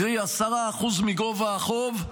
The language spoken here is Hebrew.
קרי, 10% מגובה החוב.